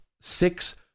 six